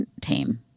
tame